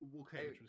okay